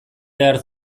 behar